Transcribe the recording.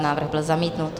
Návrh byl zamítnut.